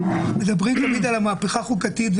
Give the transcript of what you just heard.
מדברים תמיד על המהפכה החוקתית,